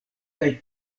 kaj